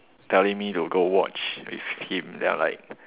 telling me to go watch with him then I like